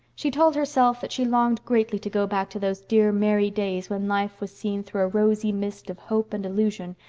she told herself that she longed greatly to go back to those dear merry days when life was seen through a rosy mist of hope and illusion,